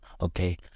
okay